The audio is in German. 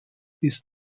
ist